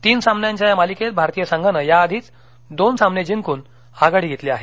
तीन सामन्यांच्या या मालिकेत भारतीय संघानं याआधीच दोन सामने जिंकून आघाडी घेतली आहे